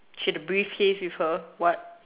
she had a briefcase with her what